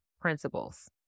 principles